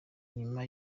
nyuma